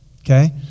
Okay